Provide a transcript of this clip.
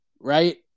right